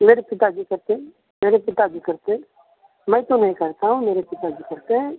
मेरे पिता जी करते हैं मेरे पिता जी करते हैं मैं तो नहीं करता हूँ मेरे पिता जी करते हैं